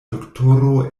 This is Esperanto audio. doktoro